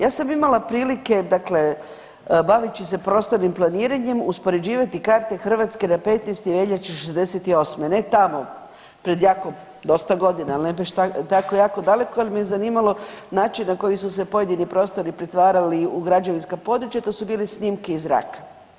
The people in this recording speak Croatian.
Ja sam imala prilike dakle baveći se prostornim planiranjem uspoređivati karte Hrvatske na 15. veljače '68., ne tamo pred jako dosta godina, ali ne baš tako jako daleko jer me zanimalo način na koji su se pojedini prostori pretvarali u građevinska područja to su bile snimke iz zraka.